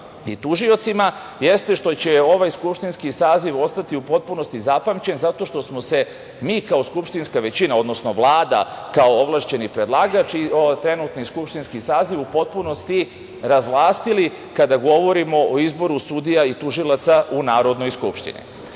i tužiocima, jeste što će ovaj skupštinski saziv ostati u potpunosti zapamćen zato što smo se mi kao skupštinska većina, odnosno Vlada kao ovlašćeni predlagač i trenutni skupštinski saziv, u potpunosti razvlastili kada govorimo o izboru sudija i tužilaca u Narodnoj skupštini. To